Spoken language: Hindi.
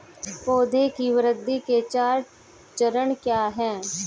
पौधे की वृद्धि के चार चरण क्या हैं?